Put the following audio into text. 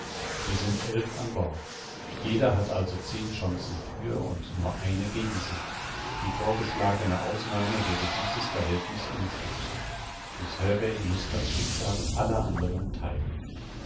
wir sind elf an bord jeder hat also zehn chancen für und nur eine gegen sich die vorgeschlagene ausnahme würde dieses verhältniß umstoßen miß herbey muß das schicksal aller anderen theilen